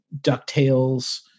DuckTales